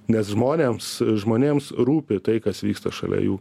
nes žmonėms žmonėms rūpi tai kas vyksta šalia jų